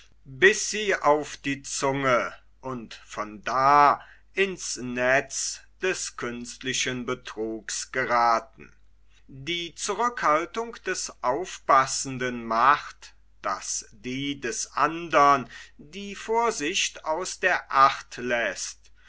bis sie auf die zunge und von da ins netz des künstlichen betruges gerathen die zurückhaltung des aufpassenden macht daß die des andern die vorsicht aus der acht läßt